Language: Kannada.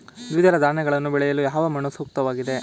ದ್ವಿದಳ ಧಾನ್ಯಗಳನ್ನು ಬೆಳೆಯಲು ಯಾವ ಮಣ್ಣು ಸೂಕ್ತವಾಗಿದೆ?